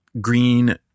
green